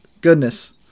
Goodness